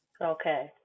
Okay